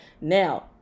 Now